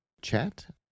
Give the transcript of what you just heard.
chat